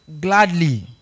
gladly